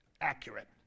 accurate